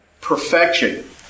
perfection